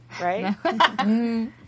Right